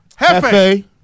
Hefe